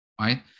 right